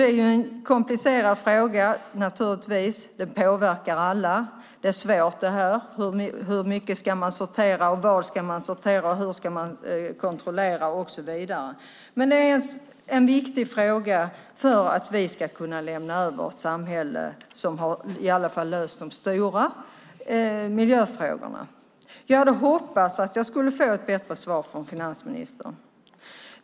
Det är naturligtvis en komplicerad fråga. Den påverkar alla. Detta är svårt. Hur mycket ska man sortera, vad ska man sortera, hur ska man kontrollera och så vidare? Det är en viktig fråga för att vi ska kunna lämna över ett samhälle som i alla fall har löst de stora miljöfrågorna. Jag hade hoppats att jag skulle få ett bättre svar från finansministern.